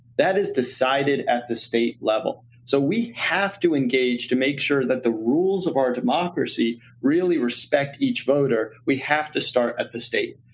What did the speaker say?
that is decided at the state level. so we have to engage to make sure that the rules of our democracy really respect each voter. we have to start at the state.